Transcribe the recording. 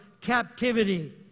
captivity